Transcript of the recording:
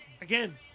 Again